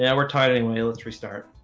yeah we're tightening the military start